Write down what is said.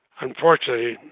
unfortunately